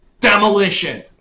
Demolition